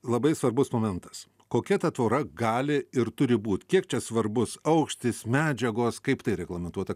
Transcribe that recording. labai svarbus momentas kokia ta tvora gali ir turi būt kiek čia svarbus aukštis medžiagos kaip tai reglamentuota